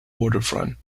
waterfront